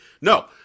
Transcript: No